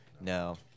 no